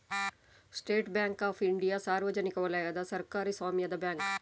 state Bank of India ಸಾರ್ವಜನಿಕ ವಲಯದ ಸರ್ಕಾರಿ ಸ್ವಾಮ್ಯದ ಬ್ಯಾಂಕು